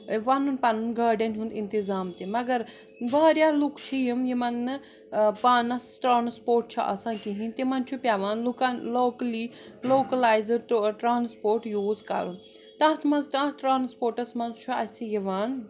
پَنُن پَنُن گاڑٮ۪ن ہُنٛد اِنتظام تہِ مگر واریاہ لوٗکھ چھِ یم یِمن نہٕ پانٛس ٹرٛانٕسپورٹ چھُ آسان کِہیٖنٛۍ تِمَن چھُ پٮ۪وان لوٗکن لوکلی لوکلایزڈ ٹرٛانٕسپورٹ یوٗز کَرُن تتھ منٛز تتھ ٹرٛانٕسپورٹس منٛز چھُ اَسہِ یوان